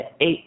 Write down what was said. eight